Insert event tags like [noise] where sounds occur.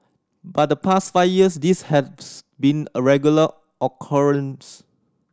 but the past five years this had [unintelligible] been a regular occurrence